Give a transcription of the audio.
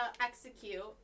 execute